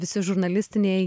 visi žurnalistiniai